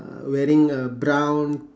uh wearing a brown